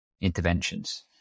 interventions